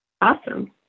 Awesome